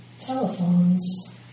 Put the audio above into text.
telephones